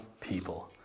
people